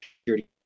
security